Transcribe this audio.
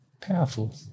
powerful